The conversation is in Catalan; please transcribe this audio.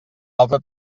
altra